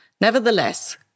Nevertheless